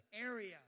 area